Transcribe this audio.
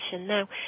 Now